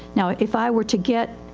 now if i were to get